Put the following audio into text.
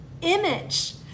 image